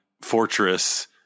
fortress